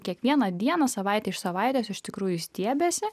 kiekvieną dieną savaitę iš savaitės iš tikrųjų stiebiasi